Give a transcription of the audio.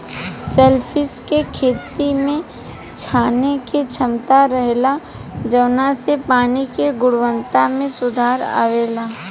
shellfish के खेती में छाने के क्षमता रहेला जवना से पानी के गुणवक्ता में सुधार अवेला